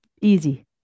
easy